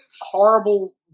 horrible